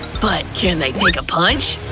but can they take a punch?